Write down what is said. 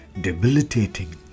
debilitating